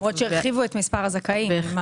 למרות שהרחיבו את מספר הזכאים.